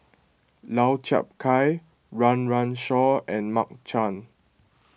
Lau Chiap Khai Run Run Shaw and Mark Chan